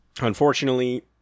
unfortunately